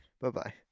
Bye-bye